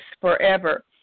forever